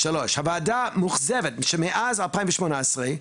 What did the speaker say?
הוועדה מאוכזבת שמאז 2018,